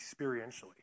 experientially